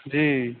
जी